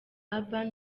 urban